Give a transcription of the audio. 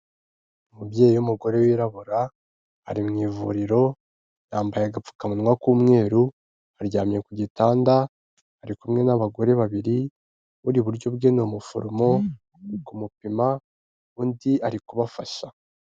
Umubyeyi w'umugore wirabura ari mu ivuriro yambaye agapfukamunwa k'umweru aryamye ku gitanda, ari kumwe n'abagore babiri uri iburyo bwe ni umuforomo ari kumupima undi ari kubafasha.